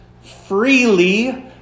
freely